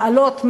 בעלות,